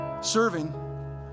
serving